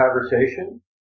conversation